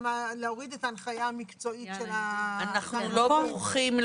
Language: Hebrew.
להוריד את ההנחיה המקצועית -- אנחנו לא בורחים,